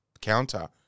counter